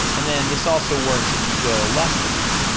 and then, this also works if you go less than one.